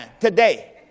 today